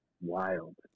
wild